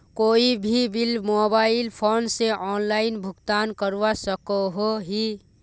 कोई भी bill mobile phone से ऑनलाइन भुगतान करवा सकोहो ही?